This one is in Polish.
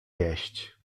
jeść